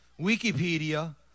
Wikipedia